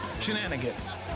Shenanigans